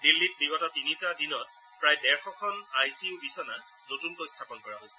দিল্লীত বিগত তিনিটা দিনত প্ৰায় ডেৰশখন আই চি ইউ বিছনা নতুনকৈ স্থাপন কৰা হৈছে